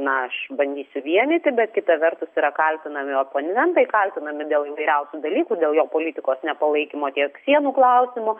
na aš bandysiu vienyti bet kita vertus yra kaltinami oponentai kaltinami dėl įvairiausių dalykų dėl jo politikos nepalaikymo tiek sienų klausimu